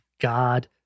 God